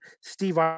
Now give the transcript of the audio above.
Steve